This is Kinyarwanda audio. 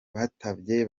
batabaye